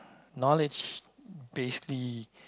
knowledge basically